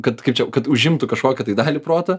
kad kaip čia kad užimtų kažkokią tai dalį proto